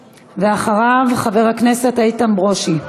ואחריו, חבר הכנסת איתן ברושי.